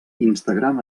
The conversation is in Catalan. instagram